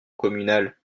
communal